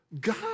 God